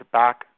back